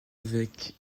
avec